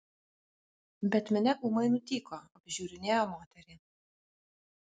bet minia ūmai nutyko apžiūrinėjo moterį